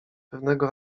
pewnego